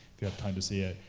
if you have time to see it,